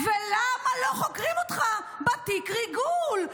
גיבור ישראל.